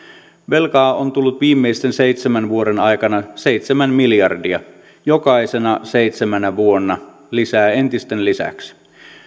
velkaa on tullut viimeisten seitsemän vuoden aikana seitsemän miljardia jokaisena seitsemänä vuonna lisää entisten lisäksi